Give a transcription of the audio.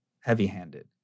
heavy-handed